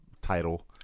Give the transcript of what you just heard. title